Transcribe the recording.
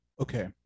Okay